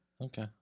Okay